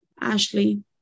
Ashley